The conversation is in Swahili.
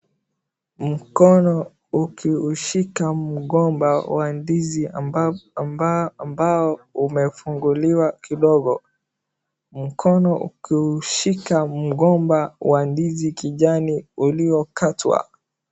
Mkono ukiushika mgomba wa ndizi amba ambao umefunguliwa kidogo, mkono ukiushika mgomba wa ndizi kijani uliokatwa.